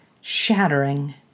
shattering